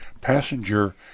passenger